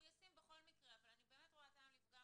הוא ישים בכל מקרה אבל אני באמת רואה טעם לפגם